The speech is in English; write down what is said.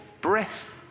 breath